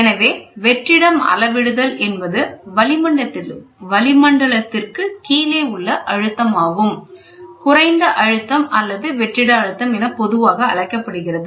எனவே வெற்றிடம் அளவிடுதல் என்பது வளிமண்டலத்திற்குக் கீழே உள்ள அழுத்தமானது குறைந்த அழுத்தம் அல்லது வெற்றிட அழுத்தம் என பொதுவாக அழைக்கப்படுகிறது